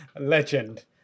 legend